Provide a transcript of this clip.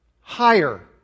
higher